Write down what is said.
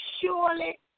surely